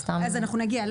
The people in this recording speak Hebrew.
אז אנחנו נגיע.